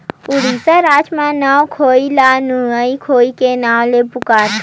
उड़ीसा राज म नवाखाई ल नुआखाई के नाव ले पुकारथे